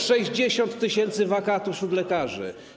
60 tys. wakatów wśród lekarzy.